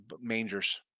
Mangers